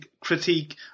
critique